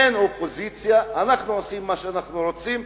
אין אופוזיציה, אנחנו עושים מה שאנחנו רוצים,